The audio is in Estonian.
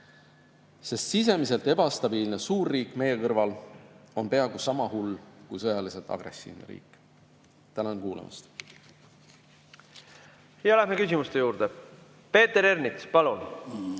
sest sisemiselt ebastabiilne suurriik meie kõrval on peaaegu sama hull kui sõjaliselt agressiivne riik. Tänan kuulamast! Läheme küsimuste juurde. Peeter Ernits, palun!